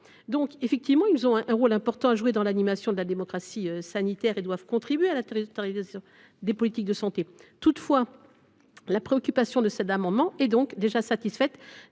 CTS. Ces derniers ont un rôle important à jouer dans l’animation de la démocratie sanitaire et doivent contribuer à la territorialisation des politiques de santé. Toutefois, la préoccupation des auteurs de cet amendement est déjà satisfaite,